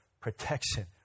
protection